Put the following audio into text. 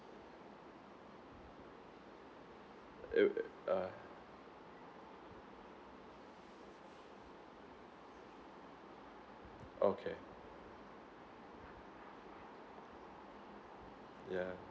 it uh okay yeah